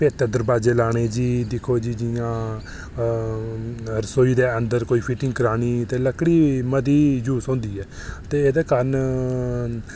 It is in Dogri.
भित्त दरवाजे लाने जी जि'यां रसोई दे अंदर कोई फिटिंग करानी ते लकड़ी बी मती यूज़ होंदी ऐ ते एह्दे कारण